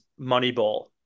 Moneyball